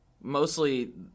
mostly